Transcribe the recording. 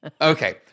Okay